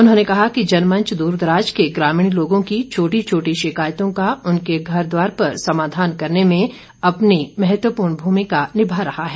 उन्होंने कहा कि जनमंच द्रदराज के ग्रामीण लोगों की छोटी छोटी शिकायतों का उनके घर द्वार पर समाधान करने में अपनी महत्वपूर्ण भूमिका निभा रहा है